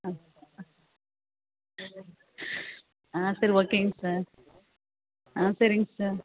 ஆ ஆ ஆ சரி ஓகேங்க சார் ஆ சரிங் சார்